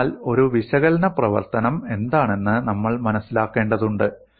അതിനാൽ ഒരു വിശകലന പ്രവർത്തനം എന്താണെന്ന് നമ്മൾ മനസ്സിലാക്കേണ്ടതുണ്ട്